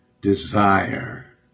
desire